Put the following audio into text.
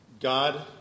God